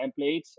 templates